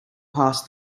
pass